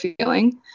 feeling